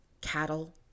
Cattle